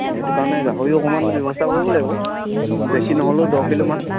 সেইটো কাৰণে গাহৰিও অকণমান ব্যৱস্থা কৰিব লাগিব বেছি নহ'লেও দহ কিলোমান